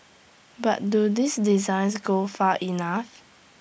but do these designs go far enough